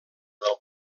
del